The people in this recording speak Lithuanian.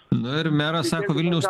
nu ir meras sako vilniaus